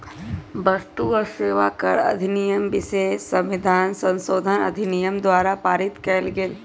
वस्तु आ सेवा कर अधिनियम विशेष संविधान संशोधन अधिनियम द्वारा पारित कएल गेल